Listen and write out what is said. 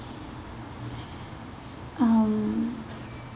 um